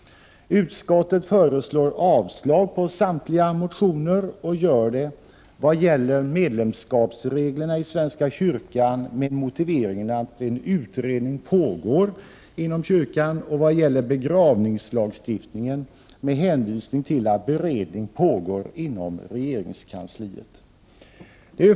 Utskottet föreslår avslag på samtliga motioner och gör det vad gäller medlemskapsreglerna i svenska kyrkan med motiveringen att en utredning pågår inom kyrkan samt vad gäller begravningslagstiftningen med hänvisning till att beredning pågår inom regeringskansliet.